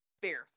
fierce